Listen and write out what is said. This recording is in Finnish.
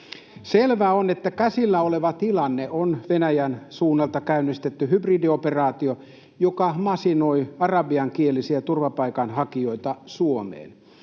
Selvää on, että käsillä oleva tilanne on Venäjän suunnalta käynnistetty hybridioperaatio, joka masinoi arabiankielisiä turvapaikanhakijoita Suomeen.